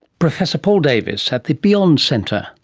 professor paul davies at the beyond centre.